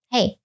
Hey